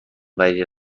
وری